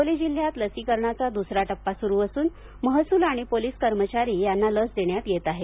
हिंगोली जिल्ह्यात लसीकरणाचा दुसरा टप्पा सुरू असून महसूल आणि पोलिस कर्मचारी यांना लस देण्यात येत आहे